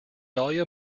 dahlia